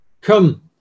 come